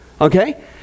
Okay